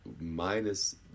minus